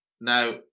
Now